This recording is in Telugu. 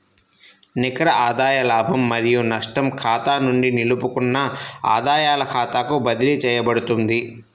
నికర ఆదాయ లాభం మరియు నష్టం ఖాతా నుండి నిలుపుకున్న ఆదాయాల ఖాతాకు బదిలీ చేయబడుతుంది